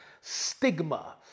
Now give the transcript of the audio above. stigma